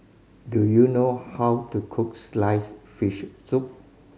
do you know how to cook sliced fish soup